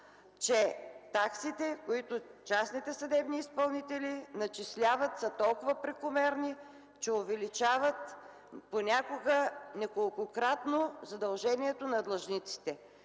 че таксите, които частните съдебни изпълнители начисляват са толкова прекомерни, че увеличават понякога неколкократно задължението на длъжниците.